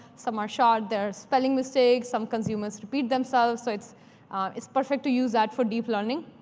some are short. there are spelling mistakes. some consumers repeat themselves. so it's it's perfect to use that for deep learning.